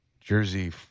jersey